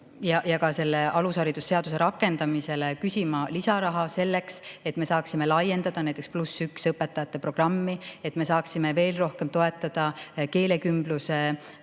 ja ka selle alushariduse seaduse rakendamiseks küsima lisaraha, et me saaksime laiendada näiteks +1 õpetajate programmi, et me saaksime veel rohkem toetada keelekümbluse